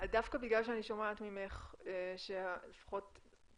אז אני רק אגיד שדווקא בגלל שאני שומעת ממך שלפחות אתם